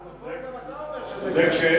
אבל בפועל גם אתה אומר שזה קרה.